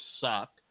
suck